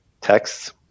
texts